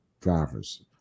drivers